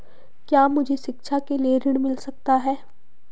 क्या मुझे शिक्षा के लिए ऋण मिल सकता है?